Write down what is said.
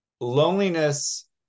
loneliness